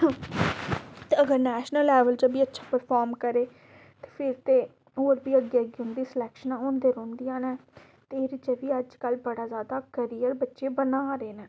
ते अगर national level च बी अच्छा परफार्म करै ते फिर ते होर बी अग्गें अग्गें उं'दी सलैक्शनां होंदे रौंहदियां न ते एह्दे च बी अज्जकल बड़ा जादा कैरियर बच्चे बना दे न